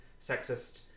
sexist